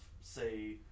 say